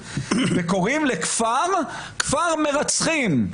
וקוראים לכפר "כפר מרצחים",